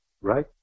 right